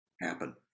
happen